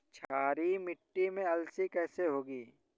क्षारीय मिट्टी में अलसी कैसे होगी?